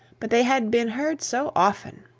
but they had been heard so often!